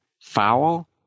foul